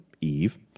Eve